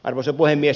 arvoisa puhemies